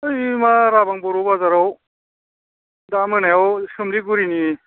बै मा राबां बर' बाजाराव दा मोनायाव सोमलिगुरिनि